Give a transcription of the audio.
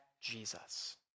Jesus